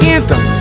Anthem